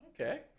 Okay